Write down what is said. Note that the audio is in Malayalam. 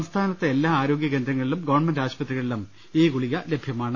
സംസ്ഥാനത്തെ എല്ലാ ആരോഗ്യകേന്ദ്ര ങ്ങളിലും ഗവൺമെന്റ് ആശുപത്രികളിലും ഈ ഗുളിക ലഭ്യമാണ്